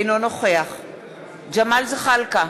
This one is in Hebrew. אינו נוכח ג'מאל זחאלקה,